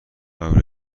قبل